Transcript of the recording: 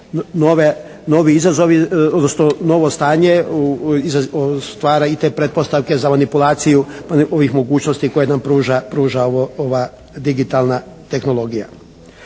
novo stanje stvara i te pretpostavke za manipulaciju ovih mogućnosti koje nam pruža ova digitalna tehnologija.